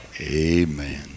Amen